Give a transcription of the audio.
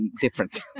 different